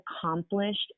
accomplished